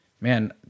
man